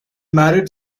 married